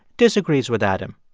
disagrees with adam.